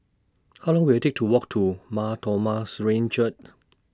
How Long Will IT Take to Walk to Mar Thoma Syrian Church